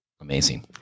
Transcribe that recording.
amazing